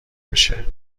میشه